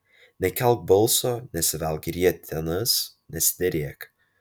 nekelk balso nesivelk į rietenas nesiderėk